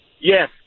Yes